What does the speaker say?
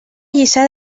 lliçà